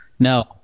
No